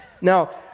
Now